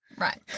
Right